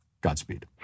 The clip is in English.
Godspeed